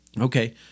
Okay